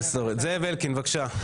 זאב אלקין, בבקשה.